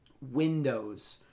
windows